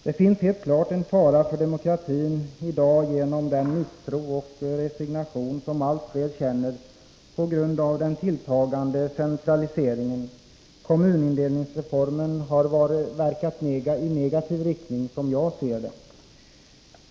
Det finns helt klart en fara för demokratin i dag genom den misstro och resignation som allt fler känner på grund av den tilltagande centraliseringen. Kommunindelningsreformen har verkat i negativ riktning — som jag ser det.